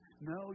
No